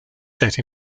set